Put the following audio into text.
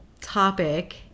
topic